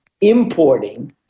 importing